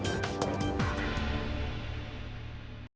Дякую.